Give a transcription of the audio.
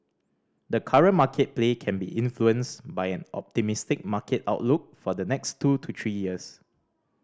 the current market play can be influenced by an optimistic market outlook for the next two to three years